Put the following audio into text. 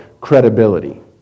credibility